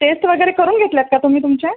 taste वगैरे करून घेतल्यात का तुम्ही तुमच्या